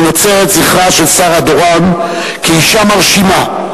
אני נוצר את זכרה של שרה דורון כאשה מרשימה,